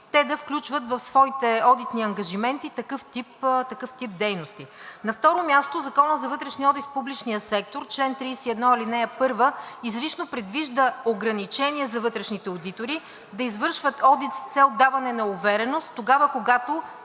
те да включват в своите одитни ангажименти такъв тип дейности. На второ място, Законът за вътрешния одит в публичния сектор – чл. 31, ал. 1, изрично предвижда ограничение за вътрешните одитори да извършват одит с цел даване на увереност тогава, когато